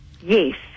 yes